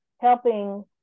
helping